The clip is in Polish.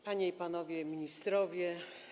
Panie i Panowie Ministrowie!